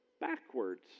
backwards